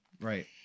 right